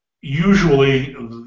Usually